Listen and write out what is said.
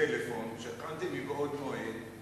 הטלפון שהכנתי מבעוד מועד,